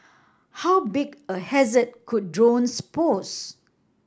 how big a hazard could drones pose